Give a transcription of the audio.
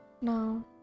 No